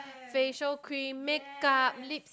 facial cream make-up lips